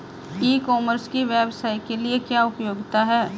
ई commerce की व्यवसाय के लिए क्या उपयोगिता है?